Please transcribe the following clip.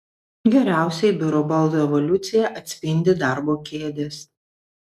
geriausiai biuro baldų evoliuciją atspindi darbo kėdės